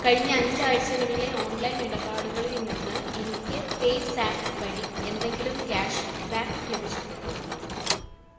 കഴിഞ്ഞ അഞ്ച് ആഴ്ചകളിലെ ഓൺലൈൻ ഇടപാടുകളിൽ നിന്ന് എനിക്ക് പേയ്സാപ്പ് വഴി എന്തെങ്കിലും ക്യാഷ് ബാക്ക് ലഭിച്ചിട്ടുണ്ടോ